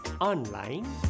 Online